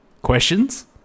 Questions